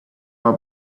know